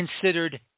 considered